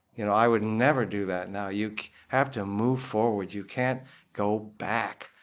you know, i would never do that and now. you have to move forward. you can't go back.